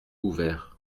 ouvert